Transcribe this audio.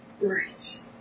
Right